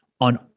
on